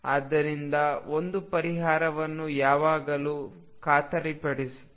ಆದ್ದರಿಂದ ಒಂದು ಪರಿಹಾರವನ್ನು ಯಾವಾಗಲೂ ಖಾತರಿಪಡಿಸುತ್ತದೆ